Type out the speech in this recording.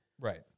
Right